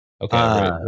okay